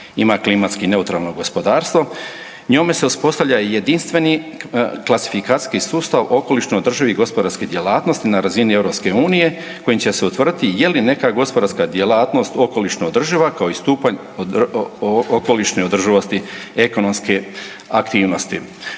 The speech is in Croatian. ima klimatski neutralno gospodarstvo. Njome se uspostavlja jedinstveni klasifikacijski sustav okolišno održivih gospodarskih djelatnosti na razini EU kojim će se utvrditi je li neka gospodarska djelatnost okolišno održiva kao i stupanj okolišne održivosti ekonomske aktivnosti.